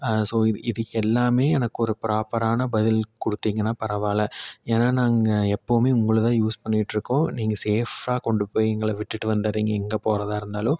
so இது இது எல்லாம் எனக்கு ஒரு ப்ராப்பரான பதில் கொடுத்திங்கன்னா பரவாயில்ல ஏன்னா நாங்கள் எப்பவும் உங்களை தான் யூஸ் பண்ணியிட்டுருக்கோம் நீங்கள் சேஃப்ஃபாக கொண்டு போய் எங்களை விட்டுட்டு வந்துடுறிங்க எங்கே போகிறதா இருந்தாலும்